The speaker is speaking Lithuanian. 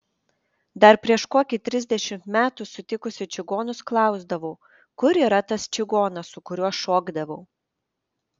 dar prieš kokį trisdešimt metų sutikusi čigonus klausdavau kur yra tas čigonas su kuriuo šokdavau